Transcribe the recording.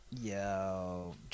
yo